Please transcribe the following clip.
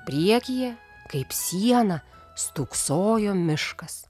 priekyje kaip siena stūksojo miškas